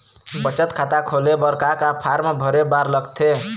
बचत खाता खोले बर का का फॉर्म भरे बार लगथे?